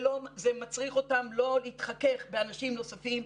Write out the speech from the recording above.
זה מצריך אותם לא להתחכך באנשים נוספים,